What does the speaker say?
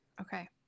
Okay